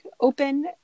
open